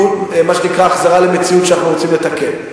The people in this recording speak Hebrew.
מה שנקרא החזרה למציאות שאנחנו רוצים לתקן.